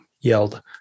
yelled